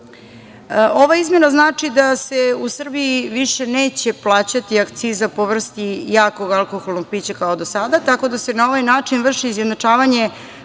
16.Ova izmena znači da se u Srbiji više neće plaćati akciza po vrsti jakog alkoholnog pića, kao do sada, tako da se na ovaj način vrši izjednačavanje